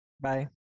Bye